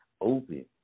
open